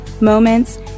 moments